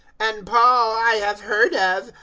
and paul i have heard of,